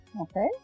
okay